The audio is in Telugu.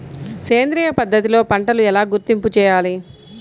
సేంద్రియ పద్ధతిలో పంటలు ఎలా గుర్తింపు చేయాలి?